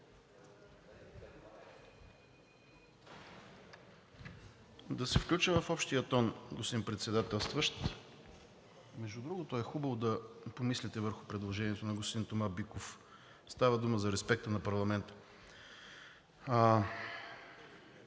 Да се включа в общия тон, господин Председателстващ. Между другото, е хубаво да помислите върху предложението на господин Тома Биков. Става дума за респекта на парламента.